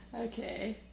Okay